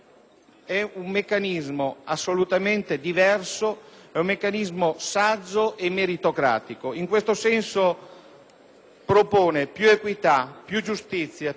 un minor indebitamento della pubblica amministrazione e meno sprechi e inefficienze.